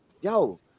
yo